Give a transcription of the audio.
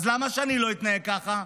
אז למה שאני לא אתנהג ככה?